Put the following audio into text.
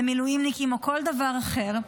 למילואימניקים או כל דבר אחר.